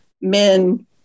men